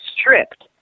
stripped